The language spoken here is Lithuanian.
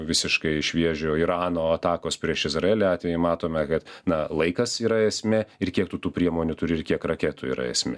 visiškai šviežio irano atakos prieš izraelį atvejį matome kad na laikas yra esmė ir kiek tu tų priemonių turi ir kiek raketų yra esmė